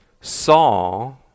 saw